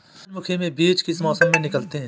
सूरजमुखी में बीज किस मौसम में निकलते हैं?